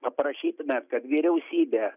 paprašytumėt kad vyriausybė